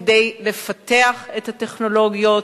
כדי לפתח את הטכנולוגיות,